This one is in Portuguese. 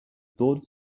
todos